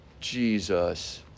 Jesus